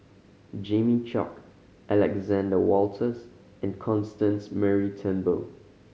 Jimmy Chok Alexander Wolters and Constance Mary Turnbull